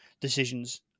decisions